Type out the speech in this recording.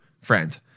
friend